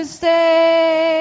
stay